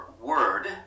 word